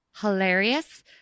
hilarious